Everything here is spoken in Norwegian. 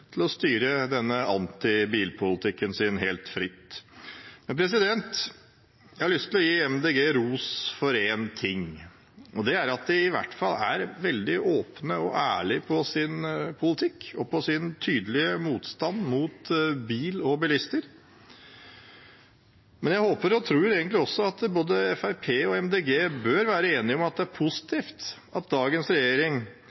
til å styre antibilpolitikken sin helt fritt. Jeg har lyst til å gi Miljøpartiet De Grønne ros for én ting, og det er at de i hvert fall er veldig åpne og ærlige om sin politikk og sin tydelige motstand mot biler og bilister. Men jeg håper og tror at både Fremskrittspartiet og Miljøpartiet De Grønne bør være enige om at det er